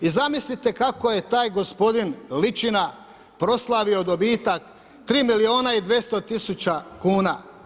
I zamislite kako je taj gospodin Ličina proslavio dobitak 3 milijuna i 200 000 kuna.